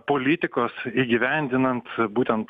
politikos įgyvendinant būtent